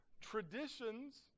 traditions